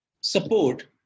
support